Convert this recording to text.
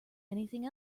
anything